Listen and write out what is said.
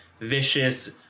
vicious